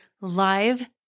live